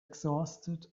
exhausted